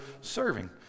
serving